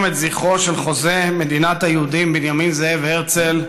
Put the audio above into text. את זכרו של חוזה מדינת היהודים בנימין זאב הרצל,